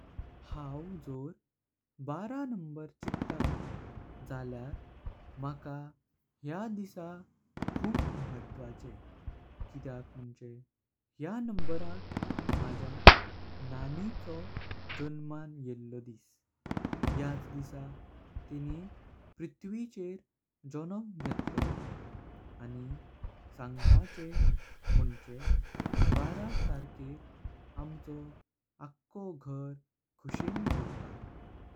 हाव जोर बाराणेंबर चिट्टा झाल्यावर माका ह्या दिसा। खूप महत्वाचें किद्याक मुणशे ह्या नंबराक माझ्या नणिचो जन्मां येलो दिस ह्याच दिसा। तेनें पृथ्विचेर जन्म घेतालोलो आनी सांगपाचे मुंणशे बारांतर्केर आमचो आखो घर कुशेन भरता।